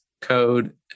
code